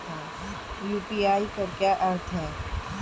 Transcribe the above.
UPI का क्या अर्थ है?